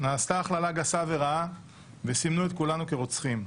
נעשתה הכללה גסה ורעה וסימנו את כולנו כרוצחים.